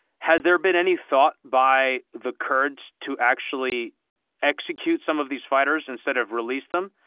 has there been any thought by the kurds to actually execute some of these fighters instead of release them?